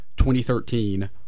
2013